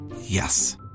Yes